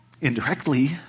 indirectly